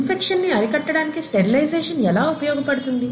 infection ని అరికట్టడానికి sterilisation ఎలా ఉపయోగపడుతుంది